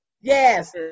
Yes